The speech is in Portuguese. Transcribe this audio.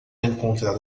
encontrar